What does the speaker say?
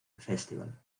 festival